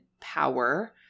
power